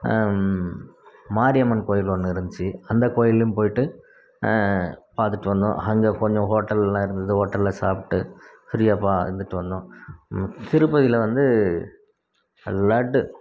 மாரியம்மன் கோயில் ஒன்று இருந்துச்சு அந்த கோயிலேயும் போயிட்டு பார்த்துட்டு வந்தோம் அங்கே கொஞ்சம் ஹோட்டலெலாம் இருந்தது ஹோட்டலில் சாப்பிட்டு ஃப்ரீயாக ப இருந்துட்டு வந்தோம் திருப்பதியில் வந்து லட்டு